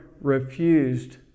refused